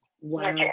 Wow